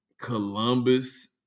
Columbus